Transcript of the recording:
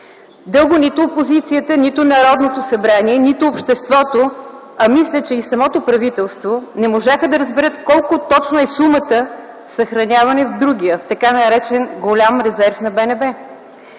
Дълго нито опозицията, нито Народното събрание, нито обществото, а мисля, че и самото правителство, не можаха да разберат колко точно е сумата, съхранявана в другия, т. нар. Голям резерв на БНБ.